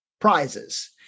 prizes